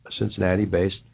Cincinnati-based